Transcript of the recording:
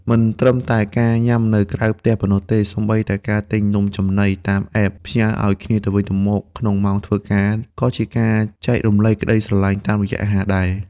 មិនត្រឹមតែការញ៉ាំនៅក្រៅផ្ទះប៉ុណ្ណោះទេ សូម្បីតែការទិញនំចំណីតាម App ផ្ញើឱ្យគ្នាទៅវិញទៅមកក្នុងម៉ោងធ្វើការ ក៏ជាការចែករំលែកក្តីស្រឡាញ់តាមរយៈអាហារដែរ។